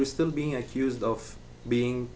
are still being accused of being